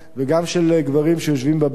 וגם של גברים שיושבים בבית,